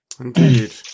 Indeed